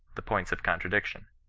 the points of contradiction.